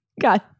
God